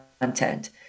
content